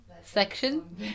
Section